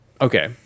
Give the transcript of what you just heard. Okay